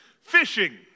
Fishing